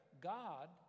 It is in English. God